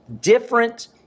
different